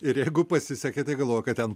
ir jeigu pasisekė tai galvoja kad ten